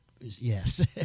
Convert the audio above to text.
Yes